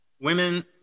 women